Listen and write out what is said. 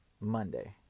Monday